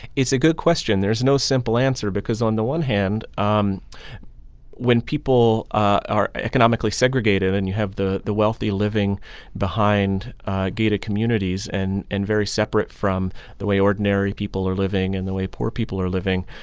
it's a good question. there's no simple answer because, on the one hand, um when people are economically segregated and you have the the wealthy living behind gated communities and and very separate from the way ordinary people are living and the way poor people are living,